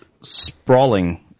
sprawling